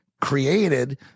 created